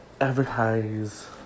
advertise